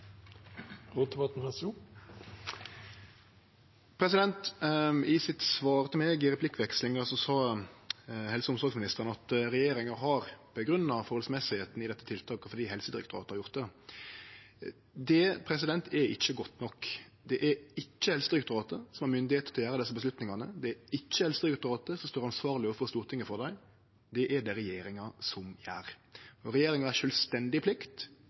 I sitt svar til meg i replikkvekslinga sa helse- og omsorgsministeren at regjeringa har grunngjeve det forholdsmessige i dette tiltaket fordi Helsedirektoratet har gjort det. Det er ikkje godt nok. Det er ikkje Helsedirektoratet som har myndigheit til å ta desse avgjerdene. Det er ikkje Helsedirektoratet som står ansvarleg overfor Stortinget for dei. Det er det regjeringa som gjer. Og det er regjeringa si sjølvstendige plikt